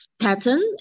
pattern